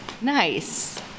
Nice